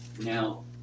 Now